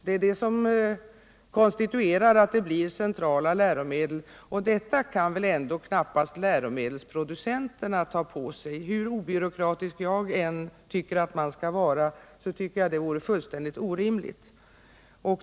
Det är det som konstituerar att det blir centrala läromedel, och detta kan väl ändå knappast läromedelsproducenterna ta på sig. Hur obyråkratisk jag än tycker att man skall vara anser jag att det vore fullständigt orimligt.